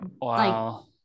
Wow